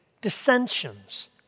dissensions